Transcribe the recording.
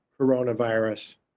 coronavirus